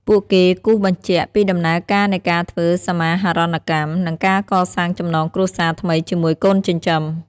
ពួកគេគូសបញ្ជាក់ពីដំណើរការនៃការធ្វើសមាហរណកម្ម និងការកសាងចំណងគ្រួសារថ្មីជាមួយកូនចិញ្ចឹម។